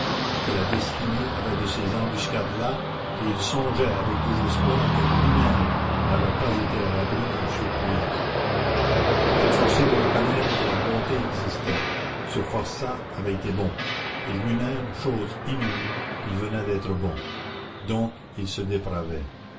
que la destinée avait de ces embuscades là et il songeait avec désespoir que lui-même n'avait pas été à l'abri d'une surprise il était forcé de reconnaître que la bonté existait ce forçat avait été bon et lui-même chose inouïe il venait d'être bon donc il se dépravait